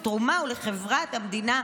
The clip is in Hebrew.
תרומה לחברה ולמדינה.